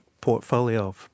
portfolio